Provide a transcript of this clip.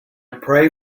pray